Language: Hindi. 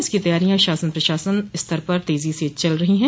इसकी तैयारियां शासन प्रशासन स्तर पर तेजी से चल रहीं हैं